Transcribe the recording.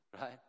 Right